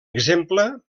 exemple